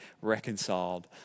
reconciled